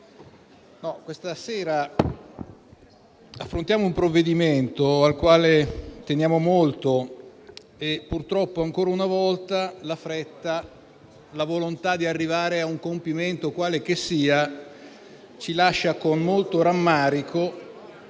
oggi affrontiamo un provvedimento al quale teniamo molto e purtroppo, ancora una volta, la fretta e la volontà di arrivare a un compimento, quale che sia, ci lascia con molto rammarico